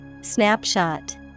Snapshot